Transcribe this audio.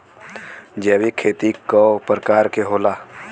जैविक खेती कव प्रकार के होला?